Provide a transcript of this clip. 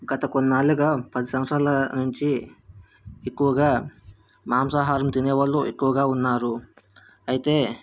గత కొన్నాళ్ళుగా పది సంవత్సరాల నుంచి ఎక్కువగా మాంసాహారం తినే వాళ్ళు ఎక్కువగా ఉన్నారు అయితే